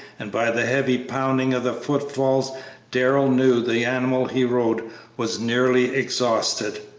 and by the heavy pounding of the foot-falls darrell knew the animal he rode was nearly exhausted.